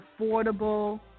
affordable